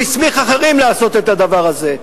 הוא הסמיך אחרים לעשות את הדבר הזה.